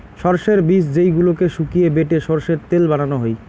সরষের বীজ যেইগুলোকে শুকিয়ে বেটে সরষের তেল বানানো হই